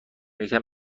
یکم